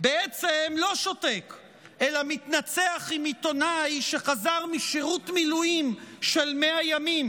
בעצם לא שותק אלא מתנצח עם עיתונאי שחזר משירות מילואים של 100 ימים,